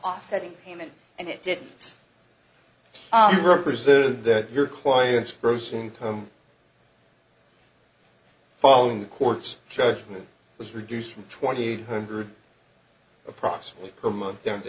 offsetting payment and it didn't represented that your client's gross income following the court's judgment was reduced from twenty eight hundred approximately per month down to